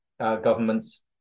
governments